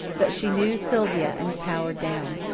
but she knew sylvia and cowered down.